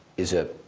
is a